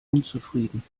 unzufrieden